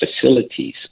facilities